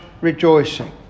rejoicing